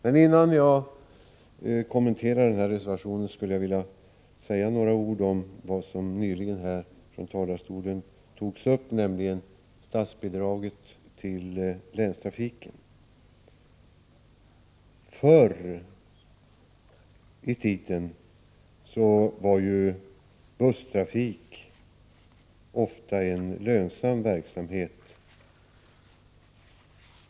Men innan jag kommenterar denna reservation skulle jag vilja säga några ord om vad som nyligen tagits upp här från talarstolen, nämligen frågan om statsbidraget till länstrafiken. Förr i tiden var ju busstrafik ofta en lönsam verksamhet.